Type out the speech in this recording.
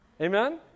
Amen